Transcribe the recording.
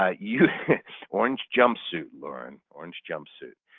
ah yeah orange jumpsuit, lauren. orange jumpsuit.